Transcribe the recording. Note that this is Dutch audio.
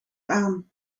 aan